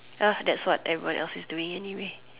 ya that's what everyone else is doing anyway